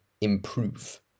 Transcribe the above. improve